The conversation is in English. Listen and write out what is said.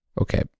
Okay